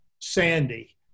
Sandy